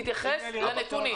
תתייחס לנתונים.